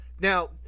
Now